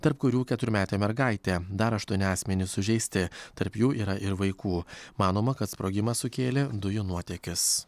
tarp kurių keturmetė mergaitė dar aštuoni asmenys sužeisti tarp jų yra ir vaikų manoma kad sprogimą sukėlė dujų nuotėkis